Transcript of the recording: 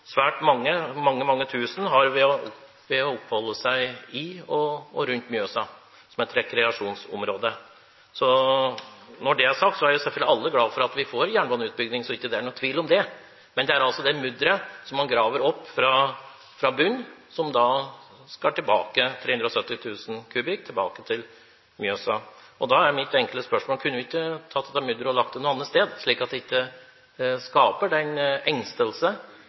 svært mange – mange, mange tusen – har ved å oppholde seg i og rundt Mjøsa, som er et rekreasjonsområde. Når det er sagt, er selvfølgelig alle glad for at vi får jernbaneutbygging, så det er ikke noen tvil om det. Men det er altså det mudderet som man graver opp fra bunnen – 370 000 m3 – som skal tilbake til Mjøsa. Da er mitt enkle spørsmål: Kunne man ikke lagt dette mudderet et annet sted, slik at det ikke skaper engstelse og fare for miljøforstyrrelser og ødeleggelser? Det er rett som Bredvold seier, det